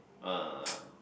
ah